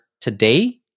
today